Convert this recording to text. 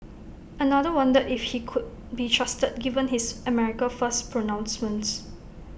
another wondered if he could be trusted given his America First pronouncements